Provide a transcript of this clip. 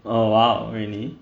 oh !wow! really